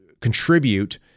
contribute